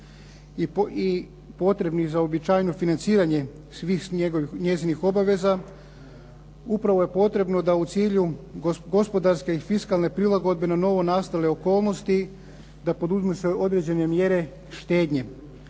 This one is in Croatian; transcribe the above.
i potrebni za uobičajeno financiranje svih njezinih obaveza upravo je potrebno da u cilju gospodarske i fiskalne prilagodbe na novonastale okolnosti da poduzme sve određene mjere štednje.